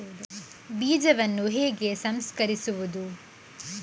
ಬೀಜವನ್ನು ಹೇಗೆ ಸಂಸ್ಕರಿಸುವುದು?